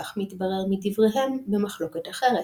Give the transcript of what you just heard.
כך מתברר מדבריהם במחלוקת אחרת,